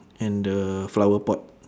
and the flower pot